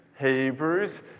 Hebrews